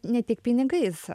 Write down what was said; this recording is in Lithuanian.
ne tik pinigais